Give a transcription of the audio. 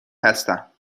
هستم